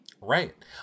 Right